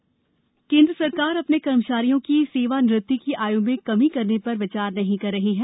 सेवानिवृति आय् केन्द्र सरकार अ ने कर्मचारियों की सेवानिवृति की आय् में कमी करने र विचार नहीं कर रही है